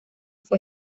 fue